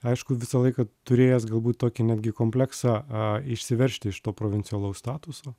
aišku visą laiką turėjęs galbūt tokį netgi kompleksą a išsiveržti iš to provincialaus statuso